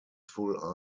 full